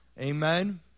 Amen